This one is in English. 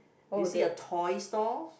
do you see a toy stores